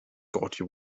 gordy